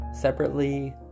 separately